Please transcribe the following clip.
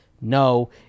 no